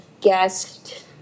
guest